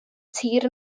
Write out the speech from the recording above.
tir